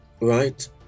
right